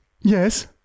Yes